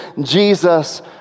Jesus